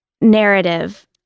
narrative